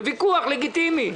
זה ויכוח לגיטימי.